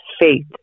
faith